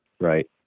right